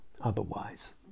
otherwise